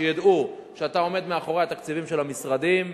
שידעו שאתה עומד מאחורי התקציבים של המשרדים.